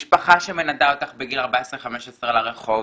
משפחה שמנדה אותך בגיל 14-15 לרחוב,